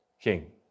king